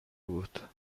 بود